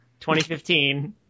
2015